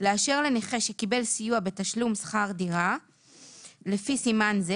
לאשר לנכה שקיבל סיוע בתשלום שכר דירה לפי סימן זה,